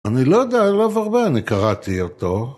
‫אני לא יודע עליו הרבה, אני קראתי אותו.